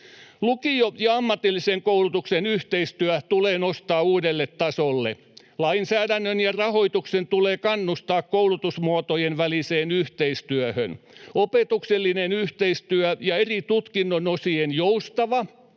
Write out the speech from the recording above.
Lukio- ja ammatillisen koulutuksen yhteistyö tulee nostaa uudelle tasolle. Lainsäädännön ja rahoituksen tulee kannustaa koulutusmuotojen väliseen yhteistyöhön. Opetuksellinen yhteistyö ja eri tutkinnon osien joustava,